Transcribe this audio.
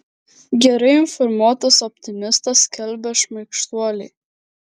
gerai informuotas optimistas skelbia šmaikštuoliai